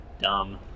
dumb